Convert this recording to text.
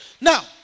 Now